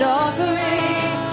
offering